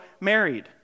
married